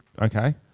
Okay